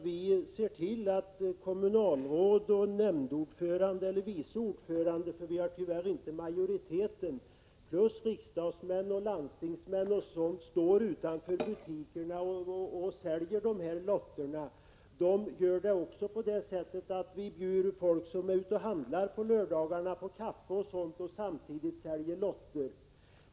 Vi gör så att kommunalråd och nämndordförande, eller vice ordförande — vi har tyvärr inte majoritet i kommunen — riksdagsmän och landstingsmän står utanför butikerna och säljer lotter. Vi bjuder då folk som är ute och handlar på lördagarna på kaffe och säljer samtidigt lotter.